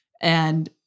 And-